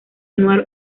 anual